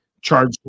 Charge